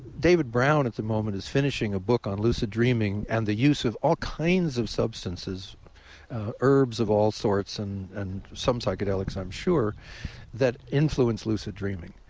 david brown at the moment is finishing a book on lucid dreaming and the use of all kinds of substances herbs of all sorts and and some psychedelics, i'm sure that influence lucid dreaming.